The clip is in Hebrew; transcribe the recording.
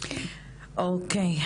אוקיי.